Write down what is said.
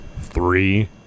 Three